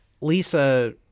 Lisa